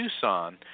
Tucson